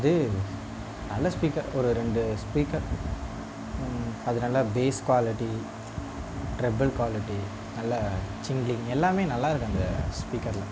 அது நல்ல ஸ்பீக்கர் ஒரு ரெண்டு ஸ்பீக்கர் அது நல்லா பேஸ் குவாலிட்டி டெர்புல் குவாலிட்டி நல்லா சிங்கிலிங் எல்லாமே நல்லா இருக்குது அந்த ஸ்பீக்கரில்